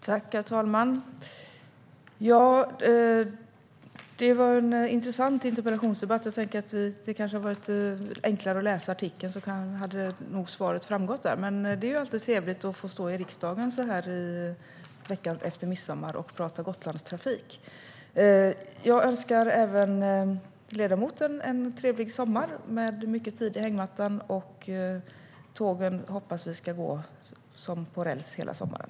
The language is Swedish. Herr talman! Det var en intressant interpellationsdebatt. Det kanske hade varit enklare att läsa artikeln. Då hade nog svaret framgått där. Men det är alltid trevligt att stå i riksdagen veckan efter midsommar och tala om Gotlandstrafik. Jag önskar även ledamoten en trevlig sommar med mycket tid i hängmattan. Tågen hoppas vi ska gå som på räls hela sommaren.